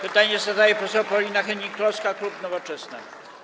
Pytanie zadaje poseł Paulina Hennig-Kloska, klub Nowoczesna.